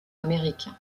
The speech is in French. américain